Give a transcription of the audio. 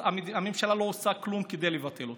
הממשלה לא עושה כלום כדי לבטל אותו,